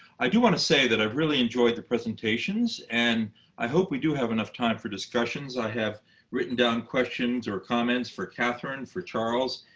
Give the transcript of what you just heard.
i do want to say that i've really enjoyed the presentations. and i hope we do have enough time for discussions. i have written down questions or comments for katherine, for charles,